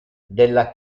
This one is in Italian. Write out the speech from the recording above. della